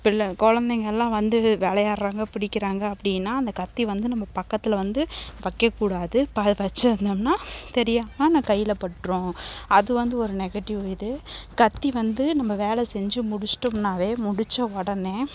பிள்ளை குழந்தைங்களாம் வந்து விளையாடுறாங்க பிடிக்கிறாங்க அப்படின்னா அந்த கத்தி வந்து நம்ம பக்கத்தில் வந்து வைக்கக்கூடாது ட வச்சிருந்தோம்னால் தெரியாமல் கையில் பட்டுரும் அது வந்து ஒரு நெகட்டிவ் இது கத்தி வந்து நம்ம வேலை செஞ்சு முடிச்சிட்டிடோம்னாவே முடித்த உடனே